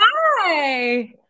Hi